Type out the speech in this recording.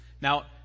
Now